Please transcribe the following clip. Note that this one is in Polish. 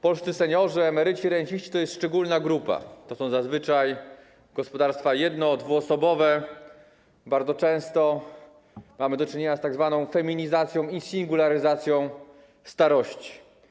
Polscy seniorzy, emeryci i renciści to jest szczególna grupa, to są zazwyczaj gospodarstwa jedno-, dwuosobowe, bardzo często mamy do czynienia z tzw. feminizacją i singularyzacją starości.